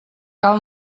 cal